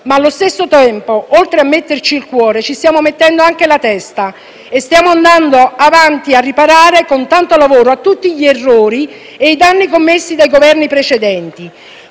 ma allo stesso tempo, oltre a metterci il cuore, ci stiamo mettendo anche la testa, e stiamo andando a riparare, con tanto lavoro, tutti gli errori e i danni commessi dai Governi precedenti.